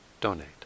donate